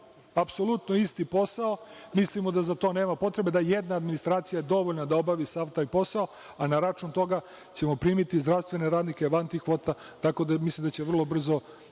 apsolutno isti posao. Mislimo da za tim nemamo potrebe, da je jedna administracija dovoljna da obavi sav taj posao, a na račun toga ćemo primiti zdravstvene radnike van tih kvota, tako da mislim da će vrlo brzo